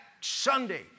Sunday